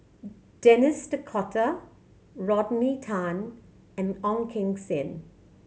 Denis D'Cotta Rodney Tan and Ong Keng Sen